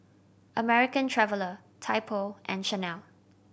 American Traveller Typo and Chanel